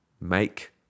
make